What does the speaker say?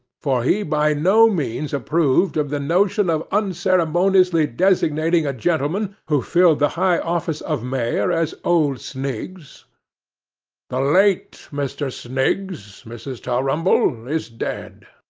for he by no means approved of the notion of unceremoniously designating a gentleman who filled the high office of mayor, as old sniggs the late mr. sniggs, mrs. tulrumble, is dead